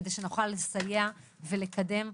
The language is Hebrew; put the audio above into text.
כדי שנוכל לסייע ולקדם.